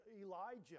Elijah